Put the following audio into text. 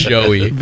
Joey